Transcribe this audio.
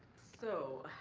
so,